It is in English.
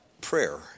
prayer